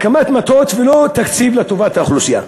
הקמת מטות ולא תקציב לטובת האוכלוסייה.